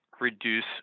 reduce